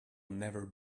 never